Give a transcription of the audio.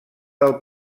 del